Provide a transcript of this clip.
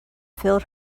filled